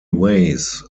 ways